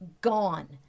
gone